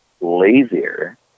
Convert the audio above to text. lazier